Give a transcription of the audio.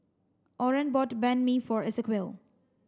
Oren bought Banh Mi for Esequiel